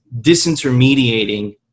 disintermediating